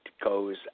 goes